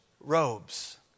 robes